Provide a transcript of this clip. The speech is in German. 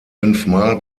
fünfmal